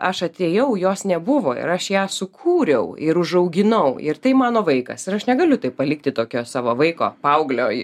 aš atėjau jos nebuvo ir aš ją sukūriau ir užauginau ir tai mano vaikas ir aš negaliu taip palikti tokio savo vaiko paauglio